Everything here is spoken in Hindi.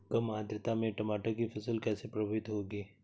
कम आर्द्रता में टमाटर की फसल कैसे प्रभावित होगी?